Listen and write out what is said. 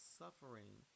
suffering